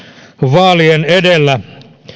vaalien edellä